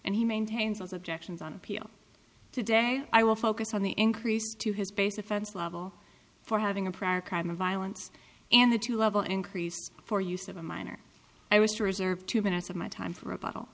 and he maintains those objections on appeal today i will focus on the increase to his base offense level for having a prior crime of violence in the two level increase for use of a minor i was to reserve two minutes of my time for a bottle